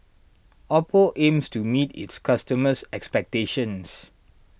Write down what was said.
Oppo aims to meet its customers' expectations